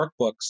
workbooks